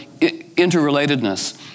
interrelatedness